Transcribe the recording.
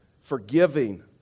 forgiving